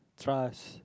trust